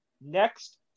next